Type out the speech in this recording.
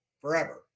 forever